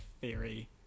theory